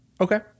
Okay